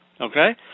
okay